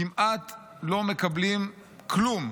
כמעט לא מקבלים כלום,